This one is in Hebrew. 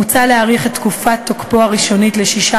מוצע להאריך את תקופת תוקפו הראשונית לשישה